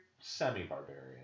semi-barbarian